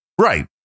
Right